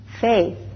faith